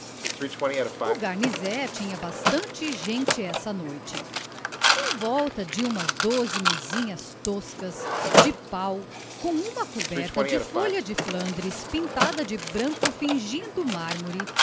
o garnisé tinha bastante gente essa noite em volta de umas doze mesinhas toscas de pau com uma coberta de folha de flandres pintada de branco fingindo mármore